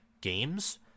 games